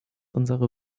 unsere